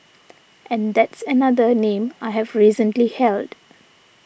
and that's another name I have recently held